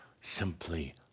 Simply